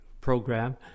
program